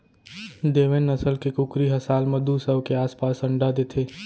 देवेन्द नसल के कुकरी ह साल म दू सौ के आसपास अंडा देथे